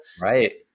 Right